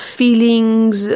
feelings